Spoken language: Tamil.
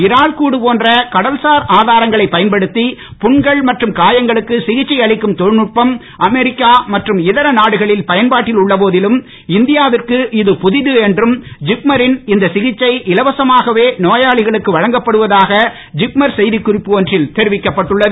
இறால் கூடு போன்ற கடல்சார் ஆதாரங்களைப் பயன்படுத்தி புண்கள் மற்றும் காயங்களுக்கு சிகிச்சை அளிக்கும் தொழில் நுட்பம் அமெரிக்கா மற்றும் இதர நாடுகளில் பயன்பாட்டில் உள்ள போதிலும் இந்தியாவிற்கு இது புதிது என்றும் ஜிப்மரின் இந்த சிகிச்சை இலவசமாகவே நோயாளிக்கு வழங்கப்படுவதாக ஜிப்மர் செய்திக் குறிப்பு ஒன்றில் தெரிவிக்கப்பட்டுள்ளது